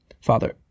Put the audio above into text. Father